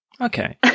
Okay